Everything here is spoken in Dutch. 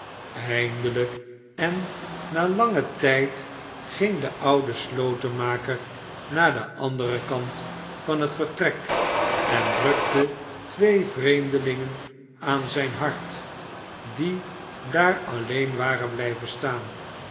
eindelijk en na langen tijd ging de oude slotenmakernaar den anderen kant van het vertrek en drukte twee vreemdelingen aan ijn hart die daar alleen waren blijven staan